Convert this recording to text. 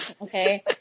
okay